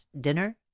dinner